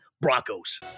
Broncos